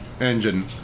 engine